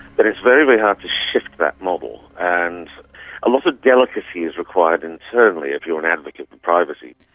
but it's very, very hard to shift that model. and a lot of delicacy is required internally if you're an advocate for privacy.